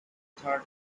third